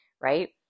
right